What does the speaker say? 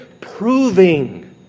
proving